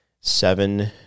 seven